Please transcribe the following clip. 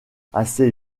assez